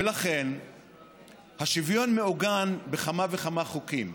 ולכן השוויון מעוגן בכמה וכמה חוקים.